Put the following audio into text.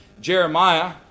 Jeremiah